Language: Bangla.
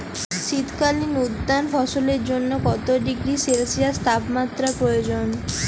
শীত কালীন উদ্যান ফসলের জন্য কত ডিগ্রী সেলসিয়াস তাপমাত্রা প্রয়োজন?